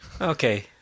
Okay